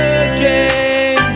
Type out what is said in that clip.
again